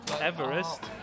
Everest